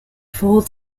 full